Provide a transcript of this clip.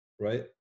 Right